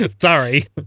sorry